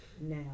now